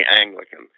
Anglican